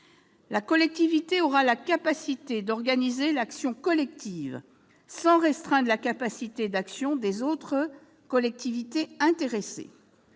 La collectivité pourra de ce fait organiser l'action collective, sans restreindre la capacité d'action des autres collectivités intéressées.